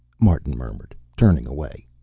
martin murmured, turning away.